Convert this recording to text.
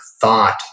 thought